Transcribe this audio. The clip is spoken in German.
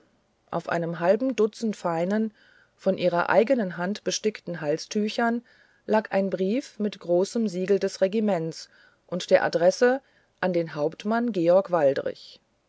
auf einem halben dutzend feinen von ihrer eigenen hand gestickten halstüchern lag ein brief mit großem siegel des regiments und der adresse an den hauptmann georg waldrich